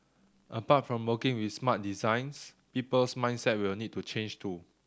apart from working with smart designs people's mindset will need to change too